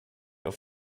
auf